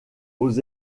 aux